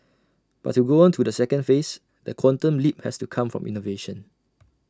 but to go on to the second phase the quantum leap has to come from innovation